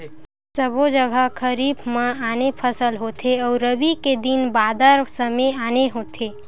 सबो जघा खरीफ म आने फसल होथे अउ रबी के दिन बादर समे आने होथे